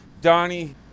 Donnie